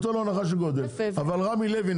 אבל רמי לוי,